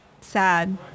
Sad